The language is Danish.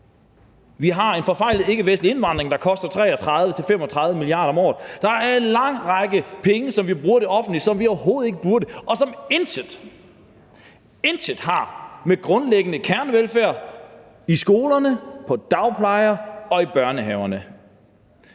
Vi har en forfejlet ikkevestlig indvandring, der koster 33-35 mia. kr. om året. Der er mange penge, som vi bruger i det offentlige, som vi overhovedet ikke burde, og som intet – intet – har at gøre med grundlæggende kernevelfærd i skolerne, i dagplejen og i børnehaverne.